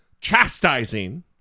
chastising